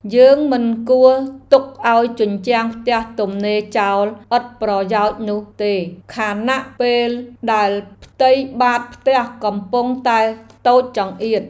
យើងមិនគួរទុកឱ្យជញ្ជាំងផ្ទះទំនេរចោលឥតប្រយោជន៍នោះទេខណៈពេលដែលផ្ទៃបាតផ្ទះកំពុងតែតូចចង្អៀត។